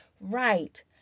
right